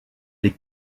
les